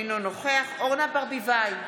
אינו נוכח אורנה ברביבאי,